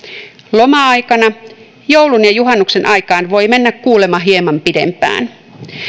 loma aikana joulun ja juhannuksen aikaan voi mennä kuulemma hieman pidempään